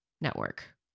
network